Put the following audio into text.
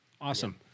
Awesome